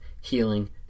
healing